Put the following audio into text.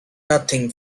nothing